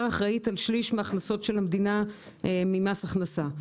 אחראית על שליש מההכנסות של המדינה ממס הכנסה.